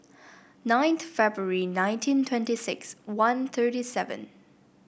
ninth February nineteen twenty six one thirty seven